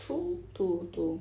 two two two